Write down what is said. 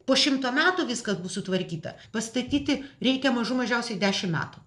po šimto metų viskas bus sutvarkyta pastatyti reikia mažų mažiausiai dešimt metų